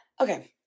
Okay